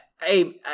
Hey